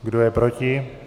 Kdo je proti?